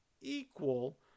equal